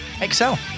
excel